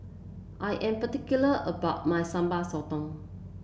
I am particular about my Sambal Sotong